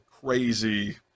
crazy